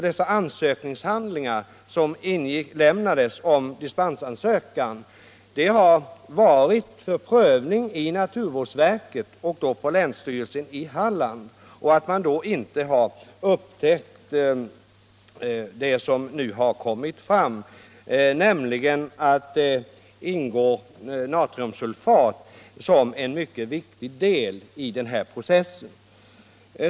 De ansökningar om dispens som inlämnades har prövats av naturvårdsverket och länsstyrelsen i Halland. som allså tydligen inte har upptäckt att natriumsulfat ingår som en mycket viktig del i processen.